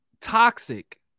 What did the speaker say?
toxic